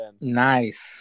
Nice